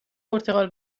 پرتغال